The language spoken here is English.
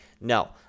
No